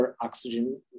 oxygen